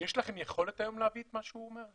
יש לכם יכולת היום להביא את מה שהוא אומר,